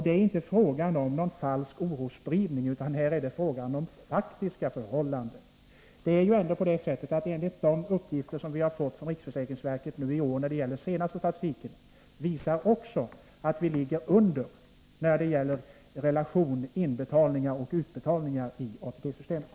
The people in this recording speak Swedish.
Det är inte fråga om någon falsk orosspridning utan det är fråga om faktiska förhållanden. Den senaste statistik som vi har fått från riksförsäkringsverket visar också att vi ligger efter när det gäller relationen inbetalningar-utbetalningar i ATP-systemet.